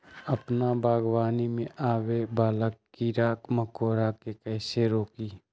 अपना बागवानी में आबे वाला किरा मकोरा के कईसे रोकी?